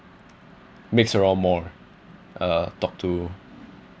mix around more uh talk to